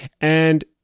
And-